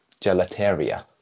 gelateria